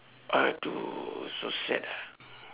!aduh! so sad ah